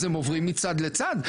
אז הם עוברים מצד לצד,